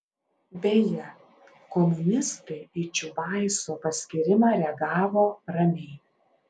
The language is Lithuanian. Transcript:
beje komunistai į čiubaiso paskyrimą reagavo ramiai